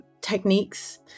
techniques